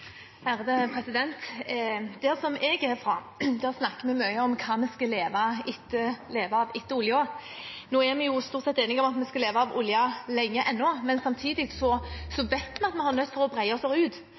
snakker vi mye om hva vi skal leve av etter oljen. Vi er stort sett enige om at vi skal leve av oljen lenge ennå, men samtidig